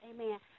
amen